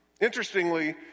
Interestingly